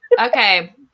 Okay